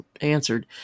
answered